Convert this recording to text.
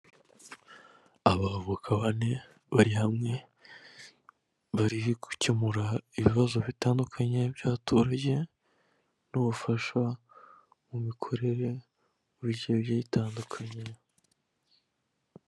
Abavoka bane bari hamwe bari gukemura ibibazo bitandukanye by'abaturageranye, n'ubufasha, mu mikorere mu bice bigiye bitandukanye.